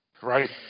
Right